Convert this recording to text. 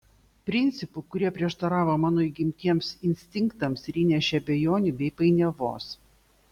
principų kurie prieštaravo mano įgimtiems instinktams ir įnešė abejonių bei painiavos